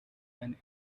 and